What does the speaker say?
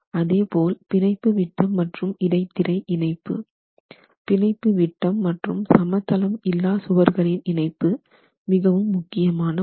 அதேபோல் பிணைப்பு விட்டம் மற்றும் இடைத்திரை இணைப்பு பிணைப்பு விட்டம் மற்றும் சமதளம் இல்லா சுவர்களின் இணைப்பு மிகவும் முக்கியமான ஒன்று